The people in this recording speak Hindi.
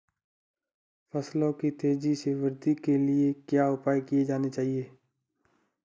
फसलों की तेज़ी से वृद्धि के लिए क्या उपाय किए जाने चाहिए?